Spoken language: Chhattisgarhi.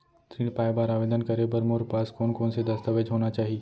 ऋण पाय बर आवेदन करे बर मोर पास कोन कोन से दस्तावेज होना चाही?